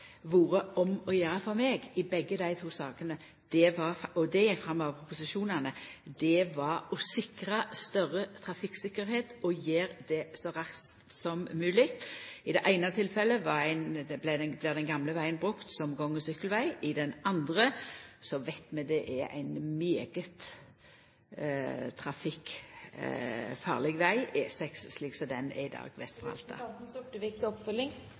vore om å gjera for meg i begge dei to sakene, og det går fram av proposisjonane, har vore å sikra større trafikktryggleik, og gjera det så raskt som mogleg. I det eine tilfellet blir den gamle vegen brukt som gang- og sykkelveg, i det andre veit vi det er ein svært trafikkfarleg veg, E6, slik den er i dag